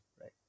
right